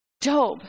Job